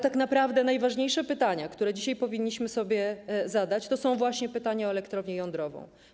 Tak naprawdę najważniejsze pytania, które dzisiaj powinniśmy sobie zadać, to właśnie pytania o elektrownię jądrową.